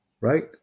Right